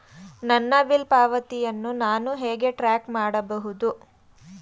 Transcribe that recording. ನನ್ನ ಬಿಲ್ ಪಾವತಿಯನ್ನು ನಾನು ಹೇಗೆ ಟ್ರ್ಯಾಕ್ ಮಾಡಬಹುದು?